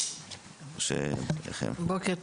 בוקר טוב,